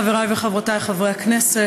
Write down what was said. חבריי וחברותיי חברי הכנסת,